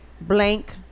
blank